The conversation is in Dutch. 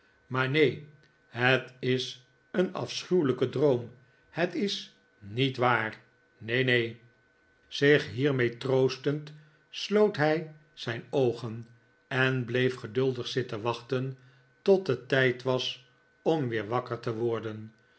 maar neen het is een afschuwelijke droom het is niet waar neen neen zich hiermee troostend sloot hij zijn oogen en bleef geduldig zitten wachten tot het tijd was om weer wakker te worden